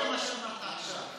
מה שאמרת עכשיו.